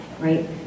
right